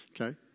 Okay